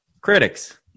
Critics